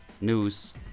news